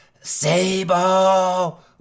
Sable